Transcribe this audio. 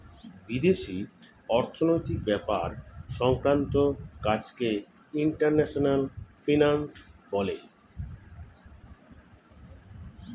বিদেশি অর্থনৈতিক ব্যাপার সংক্রান্ত কাজকে ইন্টারন্যাশনাল ফিন্যান্স বলে